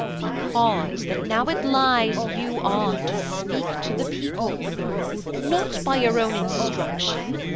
because that now it lies you on to speak to the people not by your own instruction,